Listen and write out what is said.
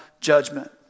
judgment